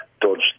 dodge